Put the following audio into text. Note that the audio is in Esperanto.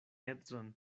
edzon